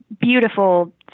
beautiful